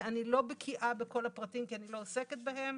שאני לא בקיאה בכל הפרטים, כי אני לא עוסקת בהם.